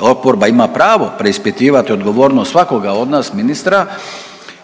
oporba ima pravo preispitivati odgovornost svakoga od nas ministra